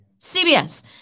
CBS